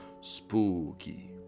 Spooky